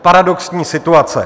Paradoxní situace.